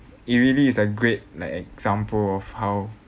it really is a great like example of how